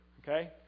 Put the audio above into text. okay